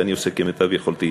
ואני עושה כמיטב יכולתי.